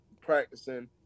practicing